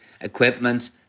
equipment